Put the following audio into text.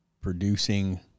producing